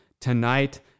tonight